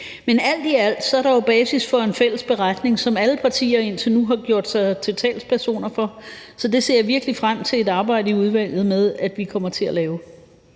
Men alt i alt er der jo basis for en fælles beretning, som alle partier indtil nu har gjort sig til talspersoner for, så jeg ser virkelig frem til det arbejde, vi kommer til at lave